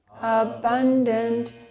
abundant